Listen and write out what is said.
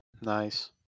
Nice